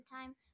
time